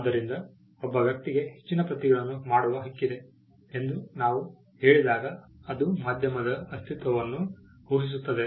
ಆದ್ದರಿಂದ ಒಬ್ಬ ವ್ಯಕ್ತಿಗೆ ಹೆಚ್ಚಿನ ಪ್ರತಿಗಳನ್ನು ಮಾಡುವ ಹಕ್ಕಿದೆ ಎಂದು ನಾವು ಹೇಳಿದಾಗ ಅದು ಮಾಧ್ಯಮದ ಅಸ್ತಿತ್ವವನ್ನು ಊಹಿಸುತ್ತದೆ